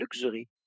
luxury